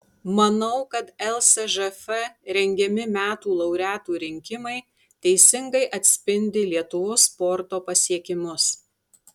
manau kad lsžf rengiami metų laureatų rinkimai teisingai atspindi lietuvos sporto pasiekimus